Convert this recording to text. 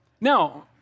Now